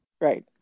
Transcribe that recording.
Right